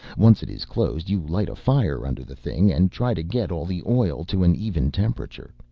once it is closed you light a fire under the thing and try to get all the oil to an even temperature.